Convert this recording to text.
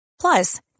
Plus